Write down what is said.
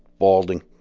balding.